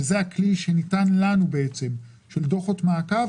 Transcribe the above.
שזה הכלי של דוחות המעקב,